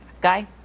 Guy